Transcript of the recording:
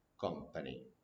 company